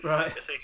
Right